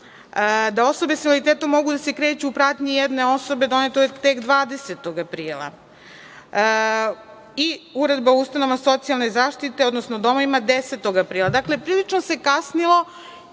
da osobe sa invaliditetom mogu da se kreću u pratnji jedne osobe, doneta je tek 20. aprila. Uredba o ustanovama socijalne zaštite, odnosno domovima, doneta je 10. aprila. Dakle, prilično se kasnilo. Po